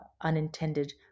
unintended